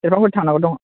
सेरफांगुरि थांनांगौ दङ